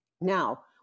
Now